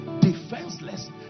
defenseless